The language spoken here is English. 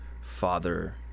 father